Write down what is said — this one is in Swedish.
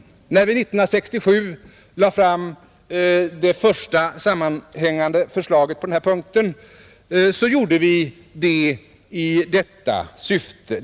När vi 1967 lade fram det första sammanhängande förslaget på den här punkten så gjorde vi det i detta syfte.